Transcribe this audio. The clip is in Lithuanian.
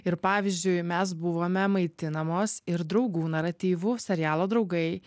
ir pavyzdžiui mes buvome maitinamos ir draugų naratyvu serialo draugai